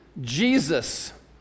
Jesus